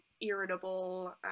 irritable